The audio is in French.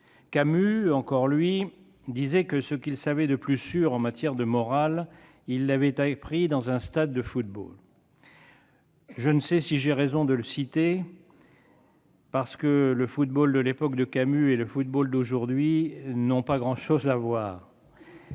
Camus, encore lui, disait que ce qu'il savait de plus sûr en matière de morale, il l'avait appris dans un stade de football. Je ne sais si j'ai raison de citer cette phrase : le football de l'époque de Camus n'a pas grand-chose à voir